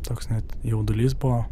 toks net jaudulys buvo